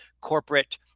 corporate